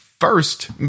first